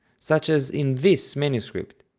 such as in this manuscript.